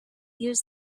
use